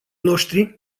noștri